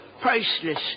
Priceless